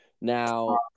Now